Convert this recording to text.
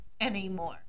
anymore